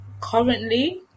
currently